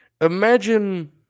Imagine